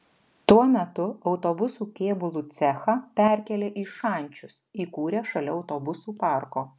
tuo metu autobusų kėbulų cechą perkėlė į šančius įkūrė šalia autobusų parko